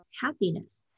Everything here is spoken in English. happiness